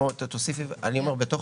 אני אומר, בתוך